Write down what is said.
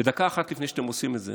ודקה אחת לפני שאתם עושים את זה,